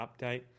update